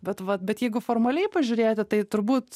bet vat bet jeigu formaliai pažiūrėti tai turbūt